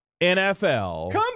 NFL